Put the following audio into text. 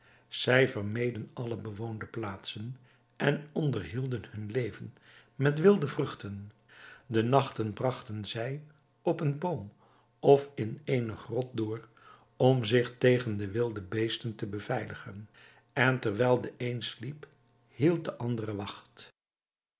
zij vermeden alle bewoonde plaatsen en onderhielden hun leven met wilde vruchten de nachten bragten zij op een boom of in eene grot door om zich tegen de wilde beesten te beveiligen en terwijl de een sliep hield de andere wacht